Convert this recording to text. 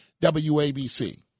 WABC